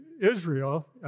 Israel